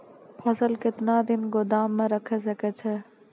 फसल केतना दिन गोदाम मे राखै सकै छौ?